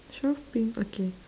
shopping okay